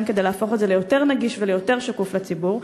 כדי להפוך את זה ליותר נגיש וליותר שקוף לציבור.